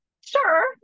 sure